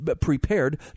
prepared